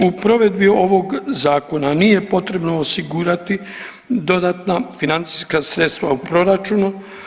U provedbi ovog zakona nije potrebno osigurati dodatna financijska sredstva u proračunu.